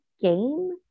game